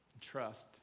Trust